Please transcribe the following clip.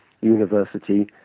university